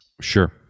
Sure